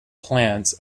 plants